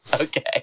Okay